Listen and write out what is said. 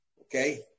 Okay